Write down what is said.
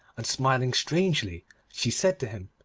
and smiling strangely she said to him,